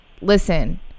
listen